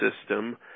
system